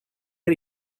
are